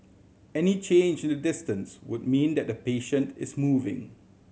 any change in the distance would mean that the patient is moving